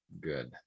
Good